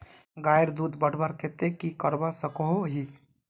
गायेर दूध बढ़वार केते की करवा सकोहो ही?